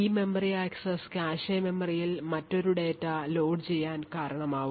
ഈ memory access cache മെമ്മറിയിൽ മറ്റൊരു ഡാറ്റ ലോഡുചെയ്യാൻ കാരണമാവും